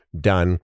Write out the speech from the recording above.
done